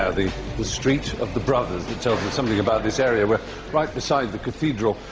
ah the the street of the brothers that tells us something about this area. we're right beside the cathedral,